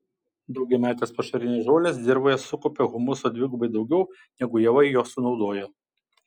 daugiametės pašarinės žolės dirvoje sukaupia humuso dvigubai daugiau negu javai jo sunaudoja